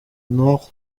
nord